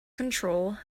control